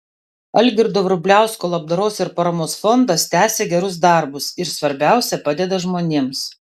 algirdo vrubliausko labdaros ir paramos fondas tęsia gerus darbus ir svarbiausia padeda žmonėms